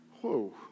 whoa